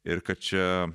ir kad čia